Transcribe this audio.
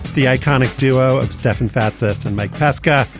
the iconic duo of stefan fatsis and mike pesca.